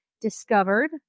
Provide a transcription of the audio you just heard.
discovered